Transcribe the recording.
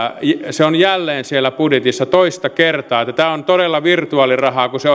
se on jälleen siellä budjetissa toista kertaa tämä on todella virtuaalirahaa kun se